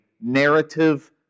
narrative